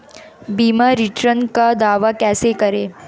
बीमा रिटर्न का दावा कैसे करें?